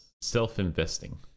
self-investing